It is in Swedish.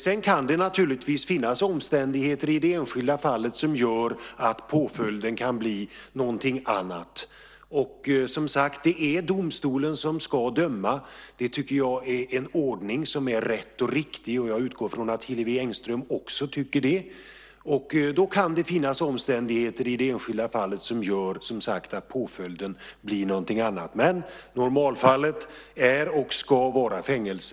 Men naturligtvis kan det finnas omständigheter i det enskilda fallet som gör att påföljden kan bli någonting annat. Det är domstolen som ska döma. Det tycker jag är en riktig ordning, och jag utgår från att Hillevi Engström också tycker det. I det enskilda fallet kan det finnas omständigheter som gör att påföljden blir en annan, men normalfallet är och ska vara fängelse.